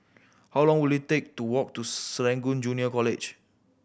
how long will it take to walk to Serangoon Junior College